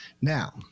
Now